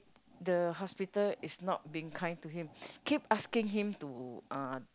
the hospital is not being kind to him keep asking him to uh